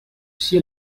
sia